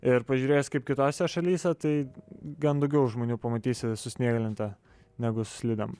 ir pažiūrėjus kaip kitose šalyse tai gan daugiau žmonių pamatysi su snieglente negu su slidėm